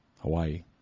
Hawaii